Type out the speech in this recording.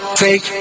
take